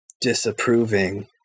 disapproving